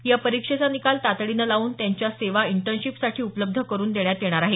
या परीक्षेचा निकाल तातडीनं लावून त्यांच्या सेवा इंटर्नशीपसाठी उपलब्ध करुन देण्यात येणार आहे